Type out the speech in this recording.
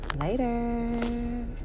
later